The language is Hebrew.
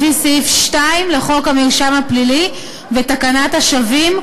לפי סעיף 2 לחוק המרשם הפלילי ותקנת השבים,